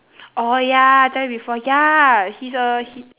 orh ya I tell you before ya he's a he